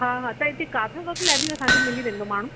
हा हा त हिते किथे वर्क लाइ बि असांखे मिली वेंदो माण्हू